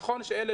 נכון שאלה